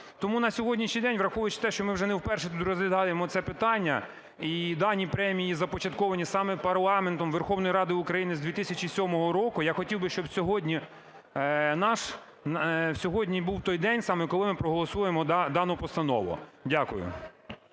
Тому на сьогоднішній день, враховуючи те, що ми вже не вперше тут розглядаємо це питання і дані премії започатковані саме парламентом Верховної Ради України з 2007 року, я хотів би, щоб сьогодні наш... сьогодні був той день саме, коли ми проголосуємо дану постанову. Дякую.